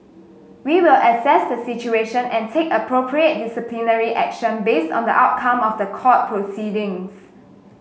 we will assess the situation and take appropriate disciplinary action based on the outcome of the court proceedings